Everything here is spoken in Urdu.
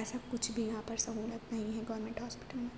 ایسا کچھ بھی یہاں پر سہولت نہیں ہے گورنمنٹ ہاسپیٹل میں